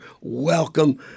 Welcome